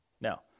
Now